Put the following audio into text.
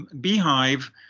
Beehive